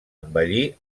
embellir